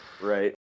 right